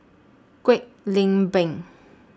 Kwek Leng Beng